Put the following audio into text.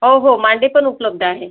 हो हो मांडे पण उपलब्ध आहे